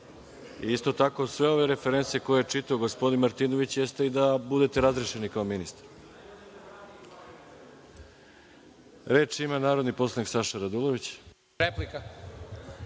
tako sve ove reference koje je čitao gospodin Martinović, jeste da budete razrešeni kao ministar. Reč ima narodni poslanik Saša Radulović. **Saša